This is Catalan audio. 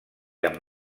amb